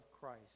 Christ